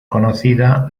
conocida